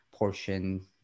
portion